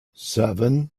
seven